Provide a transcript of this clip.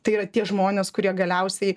tai yra tie žmonės kurie galiausiai